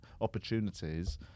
opportunities